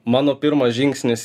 mano pirmas žingsnis